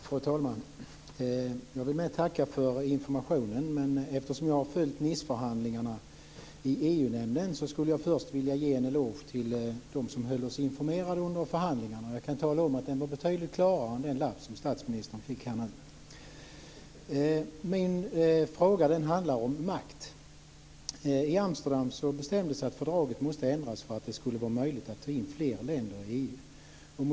Fru talman! Jag vill mest tacka för informationen. Men eftersom jag följt Niceförhandlingarna i EU nämnden, skulle jag först vilja ge en eloge till dem som höll oss informerade under förhandlingarna. Jag kan tala om att informationen var betydligt klarare än den lapp som statsministern fick här nu. Min fråga handlar om makt. I Amsterdam bestämdes att fördraget måste ändras för att det skulle vara möjligt att ta in fler länder i EU.